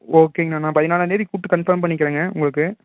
ஓகேங்கண்ணா நான் பதினாலாந்தேதி கூப்பிட்டு கன்ஃபார்ம் பண்ணிக்கிறேங்க உங்களுக்கு